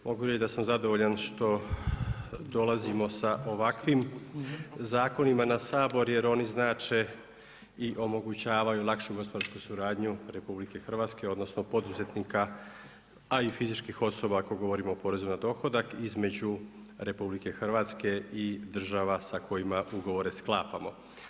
Mogu reći da sam zadovoljan što dolazimo sa ovakvim zakonima na Sabor jer oni znače i omogućavaju lakšu gospodarsku suradnju RH odnosno poduzetnika a i fizičkih osoba ako govorimo o porezu na dohodak između RH i država sa kojima ugovore sklapamo.